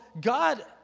God